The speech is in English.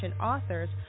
authors